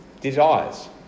desires